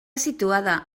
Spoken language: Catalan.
situada